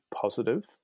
positive